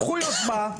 קחו יוזמה.